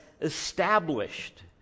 established